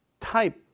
type